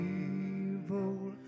evil